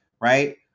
right